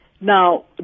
Now